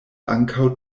ankaŭ